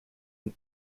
and